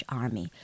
army